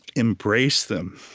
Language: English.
embrace them